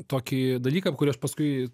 tokį dalyką kurį aš paskui